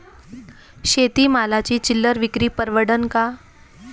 शेती मालाची चिल्लर विक्री परवडन का?